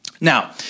Now